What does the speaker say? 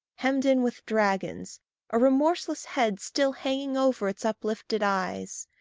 hemmed in with dragons a remorseless head still hanging over its uplifted eyes.